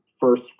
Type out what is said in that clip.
first